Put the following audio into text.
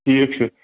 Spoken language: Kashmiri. ٹھیٖک چھُ